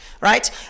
Right